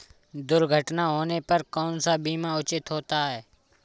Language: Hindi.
दुर्घटना होने पर कौन सा बीमा उचित होता है?